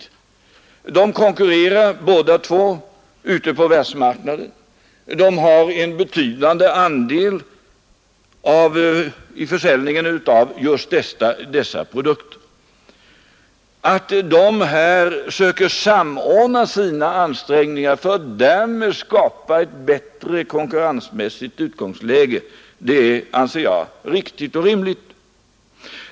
Båda företagen konkurrerar ute på världsmarknaden och har en betydande andel i försäljningen av just dessa produkter. Att de då försöker samordna sina ansträngningar för att därmed skapa ett bättre konkurrensmässigt utgångsläge anser jag vara helt riktigt.